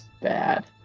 bad